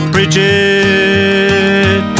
Bridget